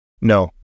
No